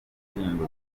indirimbo